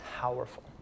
powerful